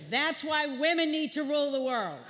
that's why women need to rule the world